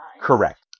Correct